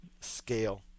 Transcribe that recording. scale